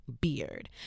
beard